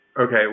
Okay